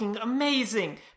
amazing